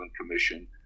Commission